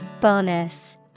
Bonus